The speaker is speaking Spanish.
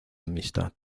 amistad